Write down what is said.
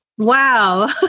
Wow